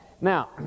Now